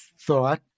thought